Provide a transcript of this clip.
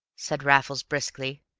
said raffles briskly.